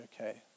okay